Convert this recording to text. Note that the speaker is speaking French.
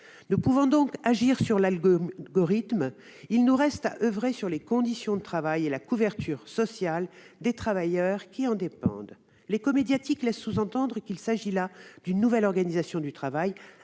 de pouvoir agir sur l'algorithme, il nous reste à oeuvrer sur les conditions de travail et la couverture sociale des travailleurs qui en dépendent. L'écho médiatique laisse entendre que cette nouvelle organisation du travail